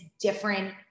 different